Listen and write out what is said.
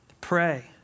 Pray